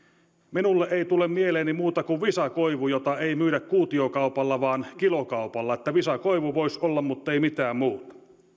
minulle ei tule mieleeni muuta kuin visakoivu jota ei myydä kuutiokaupalla vaan kilokaupalla niin että visakoivu voisi olla mutta ei mitään muuta